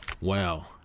Wow